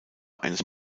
eines